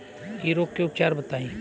इ रोग के उपचार बताई?